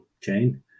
chain